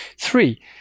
Three